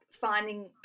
finding